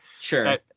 Sure